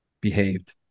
behaved